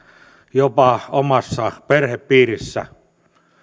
jopa omassa perhepiirissä